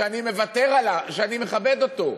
שאני מכבד אותו,